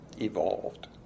evolved